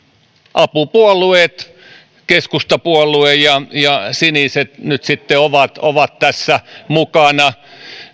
apupuolueet keskustapuolue ja ja siniset nyt sitten ovat ovat tässä mukana